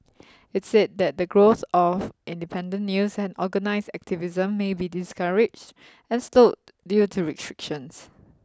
it's said that the growth of independent news and organised activism may be discouraged and slowed due to restrictions